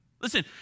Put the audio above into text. Listen